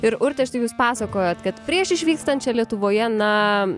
ir urte štai jūs pasakojot kad prieš išvykstant čia lietuvoje na